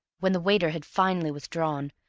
when the waiter had finally withdrawn,